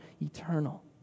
eternal